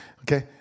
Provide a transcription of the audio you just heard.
Okay